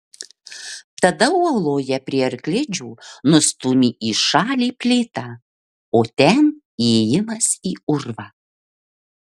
tada uoloje prie arklidžių nustūmė į šalį plytą o ten įėjimas į urvą